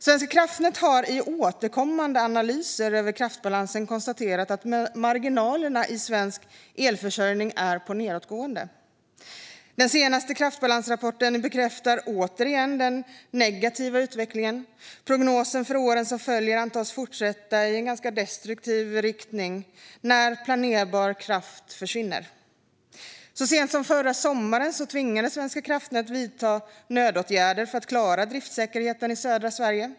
Svenska kraftnät har i återkommande analyser av kraftbalansen konstaterat att marginalerna i svensk elförsörjning går nedåt. Den senaste kraftbalansrapporten bekräftar återigen den negativa utvecklingen. Prognosen för åren som följer antas fortsätta i destruktiv riktning när planerbar kraft försvinner. Så sent som förra sommaren tvingades Svenska kraftnät vidta nödåtgärder för att klara driftsäkerheten i södra Sverige.